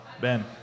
Ben